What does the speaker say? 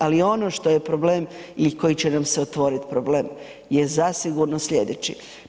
Ali, ono što je problem i koji će nam se otvoriti problem je zasigurno sljedeći.